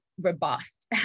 robust